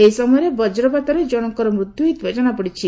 ଏହି ସମୟରେ ବଜ୍ରପାତରେ ଜଣଙ୍କର ମୃତ୍ୟୁ ହୋଇଥିବା ଜଣାପଡ଼ିଛି